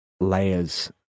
layers